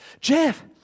Jeff